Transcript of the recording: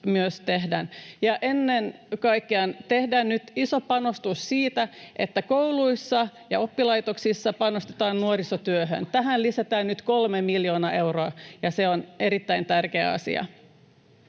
ennen kaikkea tehdään nyt iso panostus, että kouluissa ja oppilaitoksissa panostetaan nuorisotyöhön. Tähän lisätään nyt kolme miljoonaa euroa, ja se on erittäin tärkeä asia.